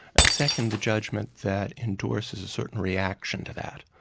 and second, the judgment that endorses a certain reaction to that,